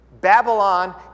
Babylon